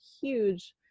huge